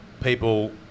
people